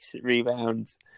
rebounds